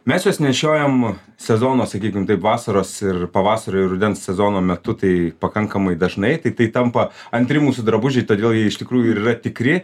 mes juos nešiojam sezono sakykim taip vasaros ir pavasario ir rudens sezono metu tai pakankamai dažnai tai tai tampa antri mūsų drabužiai todėl jie iš tikrųjų ir yra tikri